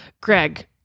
Greg